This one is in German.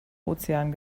ozean